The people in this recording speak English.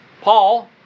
Paul